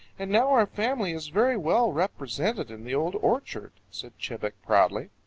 and now our family is very well represented in the old orchard, said chebec proudly.